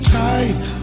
tight